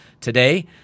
today